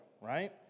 right